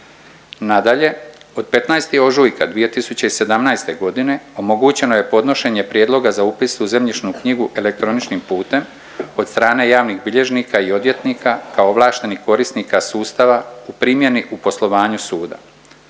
Nadalje, od 15. ožujka 2017.g. omogućeno je podnošenje prijedloga za upis u zemljišnu knjigu elektroničnim putem od strane javnih bilježnika i odvjetnika kao ovlaštenih korisnika sustava u primjeni u poslovanju suda.